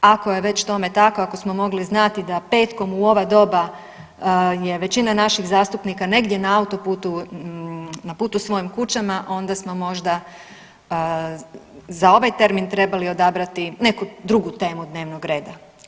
Ako je već tome tako, ako smo mogli znati da petkom u ova doba je većina naših zastupnika negdje na autoputu, na putu svojim kućama onda smo možda za ovaj termin trebali odabrati neku drugu temu dnevnog reda.